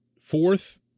fourth